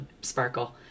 sparkle